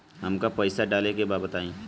हमका पइसा डाले के बा बताई